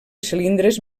cilindres